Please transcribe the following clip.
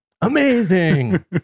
amazing